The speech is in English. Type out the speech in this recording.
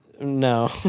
No